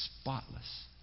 spotless